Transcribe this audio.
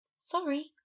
Sorry